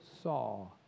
saw